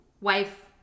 wife